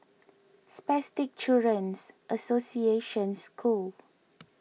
Spastic Children's Association School